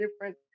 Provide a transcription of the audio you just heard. different